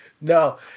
No